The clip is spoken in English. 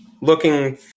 looking